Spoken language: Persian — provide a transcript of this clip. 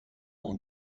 اون